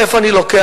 מאיפה אני לוקח,